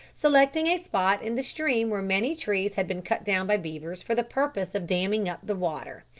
selecting a spot in the stream where many trees had been cut down by beavers for the purpose of damming up the water.